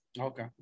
okay